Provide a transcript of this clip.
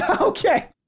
Okay